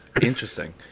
Interesting